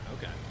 Okay